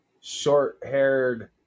short-haired